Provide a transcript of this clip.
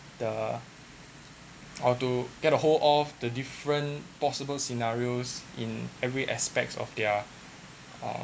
the or to get a whole off the different possible scenarios in every aspect of their uh